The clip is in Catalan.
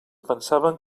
pensaven